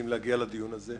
נותנים לך לדבר דקות בודדות.